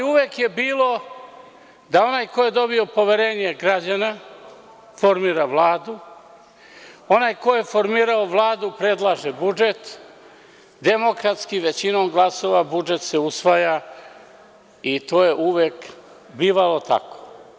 Uvek je bilo da onaj koji je dobio poverenje građana formira Vladu, onaj ko je formirao Vladu, predlaže budžet, a demokratski, većinom glasova budžet se usvaja i to je uvek bivalo tako.